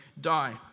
die